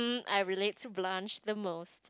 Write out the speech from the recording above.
I relate to Blanch the most